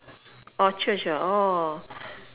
or church ah orh